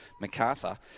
MacArthur